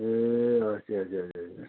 ए भनेपछि हजुर हजुर हजुर